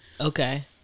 Okay